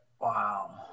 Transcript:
Wow